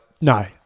No